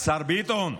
השר ביטון,